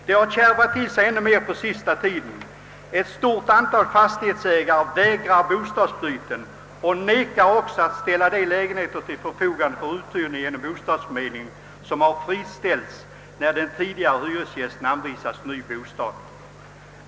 Det har kärvat till sig ännu mer på sista tiden. Ett stort antal fastighetsägare vägrar bostadsbyten och nekar också att för uthyrning genom bostadsförmedlingen ställa till förfogande lägenheter som har frigjorts när tidigare hyresgäster anvisats ny bostad.